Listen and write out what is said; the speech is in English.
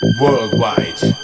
worldwide